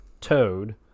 Toad